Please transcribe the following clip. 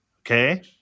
Okay